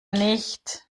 nicht